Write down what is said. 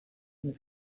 and